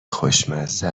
خوشمزه